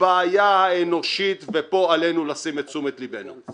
הבעיה האנושית, ופה עלינו לשים את תשומת ליבנו.